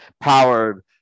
Powered